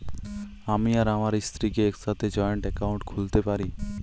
আমি আর আমার স্ত্রী কি একসাথে জয়েন্ট অ্যাকাউন্ট খুলতে পারি?